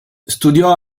studiò